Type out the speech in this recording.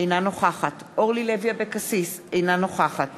אינה נוכחת אורלי לוי אבקסיס, אינה נוכחת